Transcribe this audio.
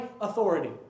authority